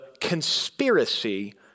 conspiracy